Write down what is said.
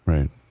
Right